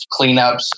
cleanups